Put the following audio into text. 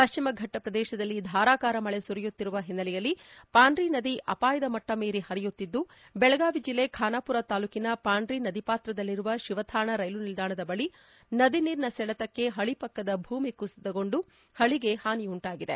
ಪಶ್ಚಿಮಘಟ್ಟ ಪ್ರದೇಶದಲ್ಲಿ ಧಾರಾಕಾರ ಮಳೆ ಸುರಿಯುತ್ತಿರುವ ಹಿನ್ನೆಲೆಯಲ್ಲಿ ಪಾಂಡ್ರಿ ನದಿ ಅಪಾಯ ಮಟ್ಟ ಮೀರಿ ಹರಿಯುತ್ತಿದ್ದು ಬೆಳಗಾವಿ ಜಿಲ್ಲೆ ಖಾನಾಪುರ ತಾಲೂಕಿನ ಪಾಂಡ್ರಿ ನದಿಪಾತ್ರದಲ್ಲಿರುವ ಶಿವಥಾಣ ರೈಲು ನಿಲ್ದಾಣದ ಬಳಿ ನದಿ ನೀರಿನ ಸೆಳೆತಕ್ಕೆ ಹಳಿ ಪಕ್ಕದ ಭೂಮಿ ಕುಸಿತಗೊಂದು ಹಳಿಗೆ ಹಾನಿ ಉಂಟಾಗಿದೆ